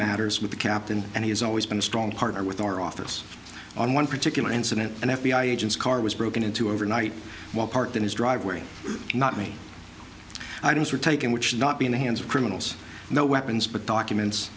matters with the captain and he has always been a strong partner with our office on one particular incident and f b i agents car was broken into overnight while parked in his driveway not me i don't take in which should not be in the hands of criminals no weapons but documents